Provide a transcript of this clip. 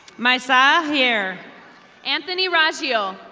misa hair. anthony ratchio.